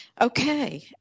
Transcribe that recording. Okay